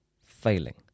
failing